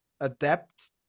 adapt